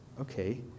Okay